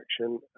action